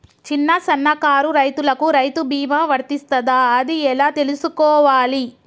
చిన్న సన్నకారు రైతులకు రైతు బీమా వర్తిస్తదా అది ఎలా తెలుసుకోవాలి?